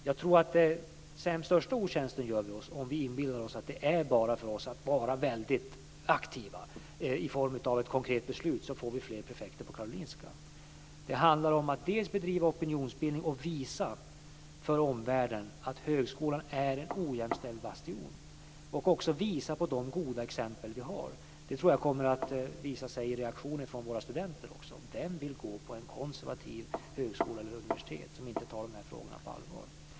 Jag tror att den största otjänsten gör vi oss om vi inbillar oss att det bara är för oss att vara väldigt aktiva i form av ett konkret beslut så får vi fler prefekter på Karolinska institutet. Det handlar om att bedriva opinionsbildning och visa för omvärlden att högskolan är en ojämställd bastion och att också visa på de goda exempel som vi har. Det tror jag också kommer att visa sig i reaktioner från våra studenter. Vem vill gå på en konservativ högskola eller ett konservativt universitet som inte tar dessa frågor på allvar.